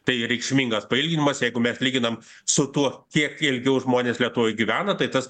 tai reikšmingas pailginimas jeigu mes lyginam su tuo kiek ilgiau žmonės lietuvoj gyvena tai tas